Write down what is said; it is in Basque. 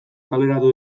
kaleratu